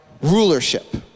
rulership